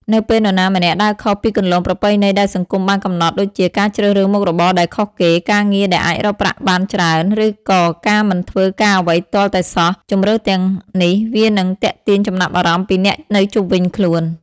នៅពេលនរណាម្នាក់ដើរខុសពីគន្លងប្រពៃណីដែលសង្គមបានកំណត់ដូចជា ការជ្រើសរើសមុខរបរដែលខុសគេ ការងារដែលអាចរកប្រាក់បានច្រើន ឬក៏ការមិនធ្វើការអ្វីទាល់តែសោះ ជម្រើសទាំងនេះវានឹងទាក់ទាញចំណាប់អារម្មណ៍ពីអ្នកនៅជុំវិញខ្លួន។